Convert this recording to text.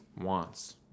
wants